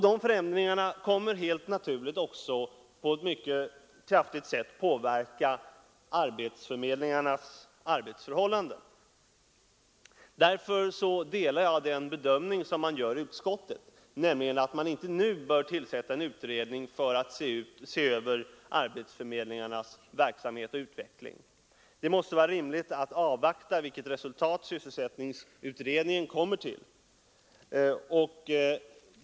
De förändringarna kommer helt naturligt också att på ett mycket kraftigt sätt påverka arbetsförmedlingarnas arbetsförhållanden. Därför delar jag den bedömning som man gör i utskottet, nämligen att man inte nu bör tillsätta en utredning för att se över arbetsförmedlingarnas verksamhet och utveckling. Det måste vara rimligt att avvakta vilket resultat sysselsättningsutredningen kommer till.